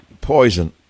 Poison